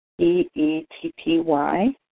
E-E-T-P-Y